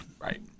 right